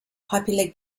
popular